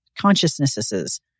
consciousnesses